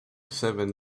seven